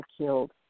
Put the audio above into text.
killed